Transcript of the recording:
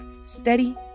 steady